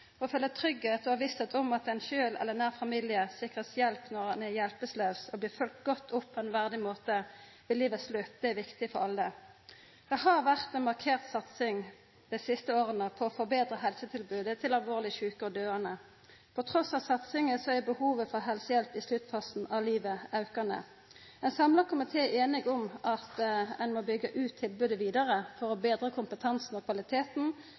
og vera sikker på at ein sjølv eller nær familie blir sikra hjelp når ein er hjelpelaus, og at ein blir følgd opp på ein verdig måte ved livets slutt, er viktig for alle. Det har vore ei markert satsing dei siste åra på å betra helsetilbodet til alvorleg sjuke og døyande. Trass i satsinga er behovet for helsehjelp i sluttfasen av livet aukande. Ein samla komité er einig om at ein må byggja ut tilbodet vidare for å betra kompetansen og kvaliteten.